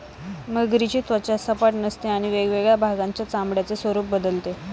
मगरीची त्वचा सपाट नसते आणि वेगवेगळ्या भागांच्या चामड्याचे स्वरूप बदलते